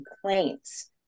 complaints